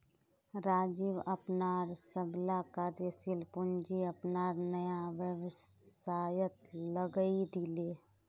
राजीव अपनार सबला कार्यशील पूँजी अपनार नया व्यवसायत लगइ दीले